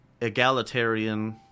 egalitarian